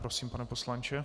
Prosím, pane poslanče.